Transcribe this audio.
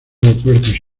aeropuertos